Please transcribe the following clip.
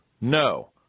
No